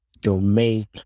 domain